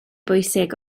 bwysig